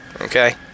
Okay